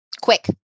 Quick